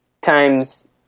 times